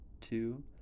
two